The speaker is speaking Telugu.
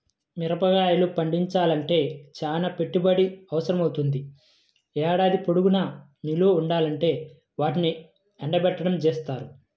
మిరగాయలు పండించాలంటే చానా పెట్టుబడి అవసరమవ్వుద్ది, ఏడాది పొడుగునా నిల్వ ఉండాలంటే వాటిని ఎండబెట్టడం జేత్తారు